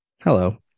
Hello